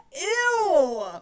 Ew